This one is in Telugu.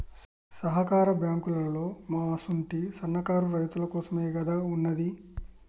సహకార బాంకులోల్లు మా అసుంటి సన్నకారు రైతులకోసమేగదా ఉన్నది